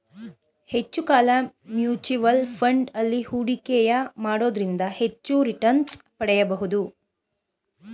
ಹೆಚ್ಚು ಕಾಲ mutual fund ಅಲ್ಲಿ ಹೂಡಿಕೆಯ ಮಾಡೋದ್ರಿಂದ ಹೆಚ್ಚು ರಿಟನ್ಸ್ ಪಡಿಬೋದು